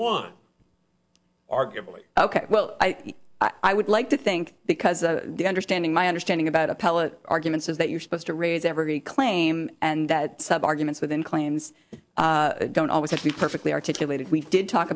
one arguably ok well i would like to think because the understanding my understanding about appellate arguments is that you're supposed to raise every claim and that some arguments within claims don't always have to be perfectly articulated we did talk